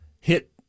hit